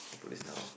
I put this down